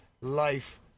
life